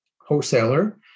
wholesaler